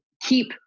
keep